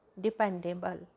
dependable